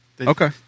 Okay